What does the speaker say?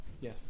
Yes